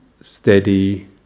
steady